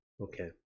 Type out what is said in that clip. Okay